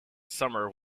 summer